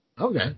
Okay